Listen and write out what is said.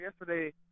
yesterday